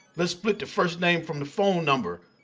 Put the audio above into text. let's split the first name from the phone number.